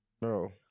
Bro